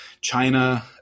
China